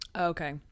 Okay